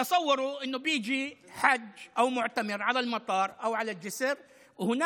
החוק שאנחנו רוצים להגיש לא חל על מזונות האישה והילדים.